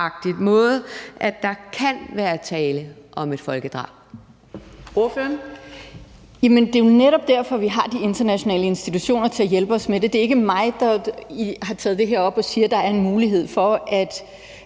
at der kan være tale om et folkedrab?